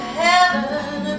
heaven